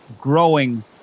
growing